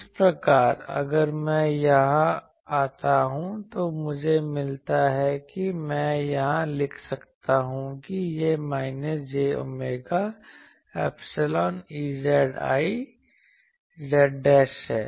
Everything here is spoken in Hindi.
इस प्रकार अगर मैं यहां आता हूं तो मुझे मिलता है या मैं यहां लिख सकता हूं कि यह minus j omega epsilon Ezi z है